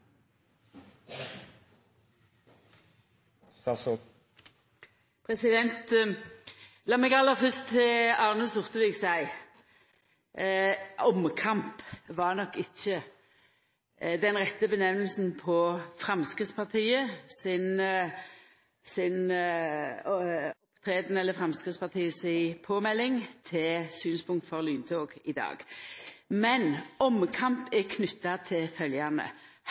meg aller fyrst til Arne Sortevik seia at omkamp nok ikkje var det rette uttrykket for Framstegspartiet si påmelding til synspunkt på lyntog i dag. Men omkamp er knytt til følgjande: